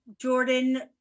Jordan